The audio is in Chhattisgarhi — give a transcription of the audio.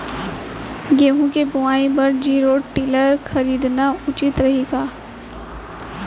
गेहूँ के बुवाई बर जीरो टिलर खरीदना उचित रही का?